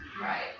Right